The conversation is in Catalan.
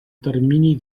termini